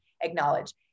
acknowledge